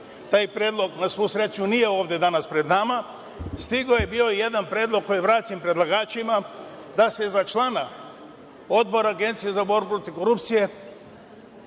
taj predlog na svu sreću nije ovde danas pred nama. Stigao je bio jedan predlog koji je vraćen predlagačima da se za člana Odbora Agencije za borbu protiv korupcije